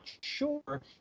sure